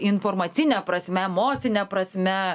informacine prasme emocine prasme